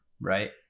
right